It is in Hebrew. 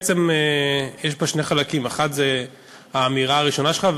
בעצם יש בה שני חלקים: האחד זה האמירה הראשונה שלך,